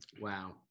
Wow